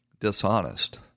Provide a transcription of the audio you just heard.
dishonest